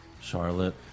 Charlotte